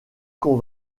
qu’on